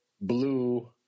blue